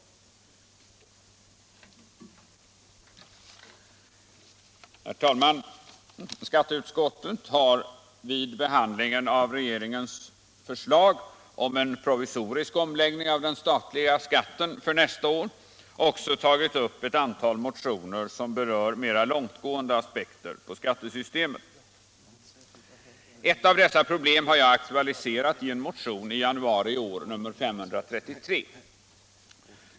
Skatteutskottet har vid behandlingen av regeringens förslag om provisorisk omläggning av den statliga skatten också tagit upp ett antal motioner, som berör mera långtgående aspekter på skattesystemet. Ett av dessa problem har jag aktualiserat i motionen 533 i januari i år.